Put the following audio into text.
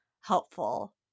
helpful